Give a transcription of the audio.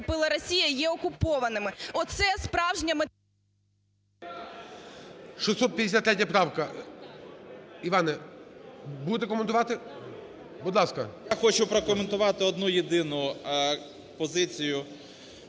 Я хочу прокоментувати одну єдину позицію